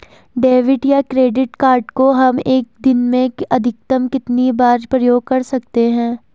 Debit या credit card को हम एक दिन में अधिकतम कितनी बार प्रयोग कर सकते हैं?